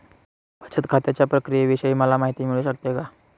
बचत खात्याच्या प्रक्रियेविषयी मला माहिती मिळू शकते का?